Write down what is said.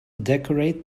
decorate